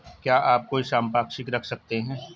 क्या आप कोई संपार्श्विक रख सकते हैं?